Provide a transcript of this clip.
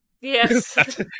Yes